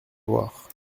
voir